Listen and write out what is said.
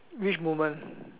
which moment